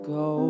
go